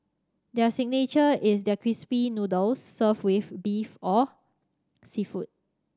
their signature is their crispy noodles served with beef or seafood